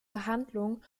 behandlung